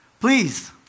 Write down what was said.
please